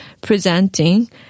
presenting